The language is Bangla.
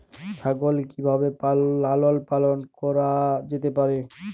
ছাগল কি ভাবে লালন পালন করা যেতে পারে?